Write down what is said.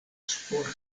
sporto